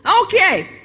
Okay